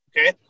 Okay